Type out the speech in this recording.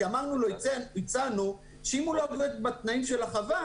כי הצענו שאם הוא לא עומד בתנאים של החווה,